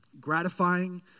gratifying